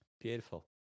Beautiful